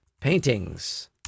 paintings